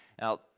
Now